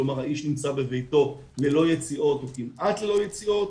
כלומר האיש נמצא בביתו ללא יציאות או כמעט ללא יציאות,